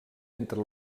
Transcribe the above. entre